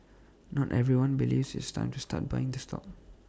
not everyone believes it's time to start buying the stock